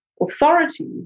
authority